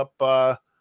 up